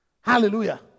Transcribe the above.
Hallelujah